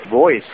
voice